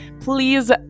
Please